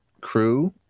crew